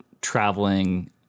traveling